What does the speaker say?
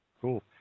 Cool